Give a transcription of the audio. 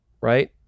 right